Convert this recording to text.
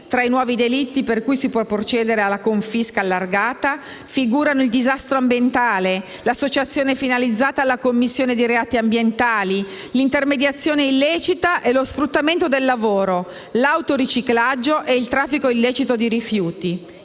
tra i nuovi delitti per cui si può procedere alla confisca allargata, figurano il disastro ambientale, l'associazione finalizzata alla commissione di reati ambientali, l'intermediazione illecita e lo sfruttamento del lavoro, l'autoriciclaggio e il traffico illecito di rifiuti.